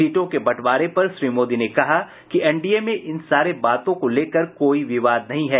सीटों के बंटवारे पर श्री मोदी ने कहा कि एनडीए में इन सारे बातों को लेकर कोई विवाद नहीं है